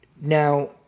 Now